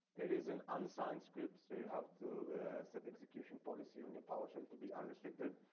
it is an unsigned script so you have to set execution policy on your powershell to be unrestricted.